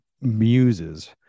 muses